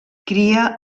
cria